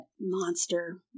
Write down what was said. Monster